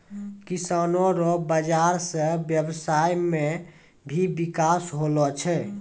किसानो रो बाजार से व्यबसाय मे भी बिकास होलो छै